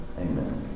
amen